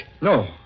No